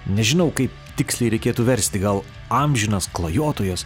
nežinau kaip tiksliai reikėtų versti gal amžinas klajotojas